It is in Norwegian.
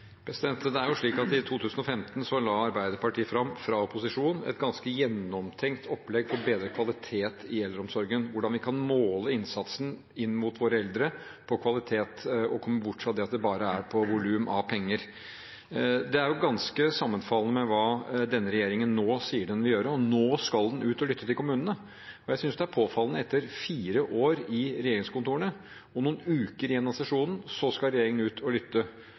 I 2015 la Arbeiderpartiet fram fra opposisjon et ganske gjennomtenkt opplegg for bedre kvalitet i eldreomsorgen, hvordan vi kan måle innsatsen inn mot våre eldre på kvalitet og komme bort fra at det bare går på pengevolum. Det er ganske sammenfallende med hva denne regjeringen nå sier den vil gjøre – og nå skal den ut og lytte til kommunene. Jeg synes det er påfallende at etter fire år i regjeringskontorene og med noen uker igjen av sesjonen skal regjeringen altså ut og lytte